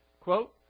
Quote